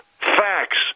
facts